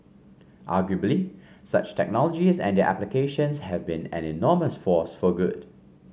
arguably such technologies and their applications have been an enormous force for good